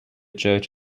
church